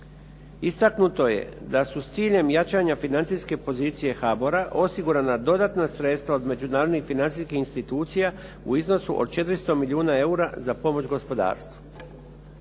Istaknuto je da su s ciljem jačanja financijske pozicije HBOR-a osigurana dodatna sredstva od međunarodnih financijskih institucija u iznosu od 400 milijuna eura za pomoć gospodarstvu.